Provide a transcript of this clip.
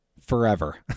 forever